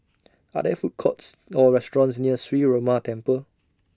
Are There Food Courts Or restaurants near Sree Ramar Temple